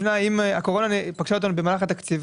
הקורונה כאמור פגשה אותנו במהלך התקציב.